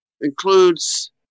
includes